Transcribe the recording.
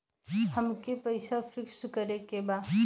अमके पैसा फिक्स करे के बा?